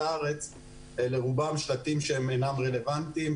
הארץ אלה רובם שלטים שאינם רלוונטיים,